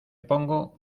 pongo